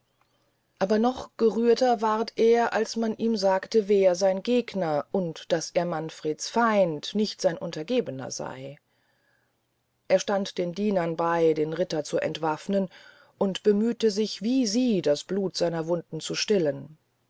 aber noch gerührter ward er als man ihm sagte wer sein gegner und daß er manfreds feind nicht sein untergebener sey er stand den dienern bey den ritter zu entwafnen und bemühte sich wie sie das blut seiner wunden zu stillen